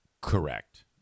Correct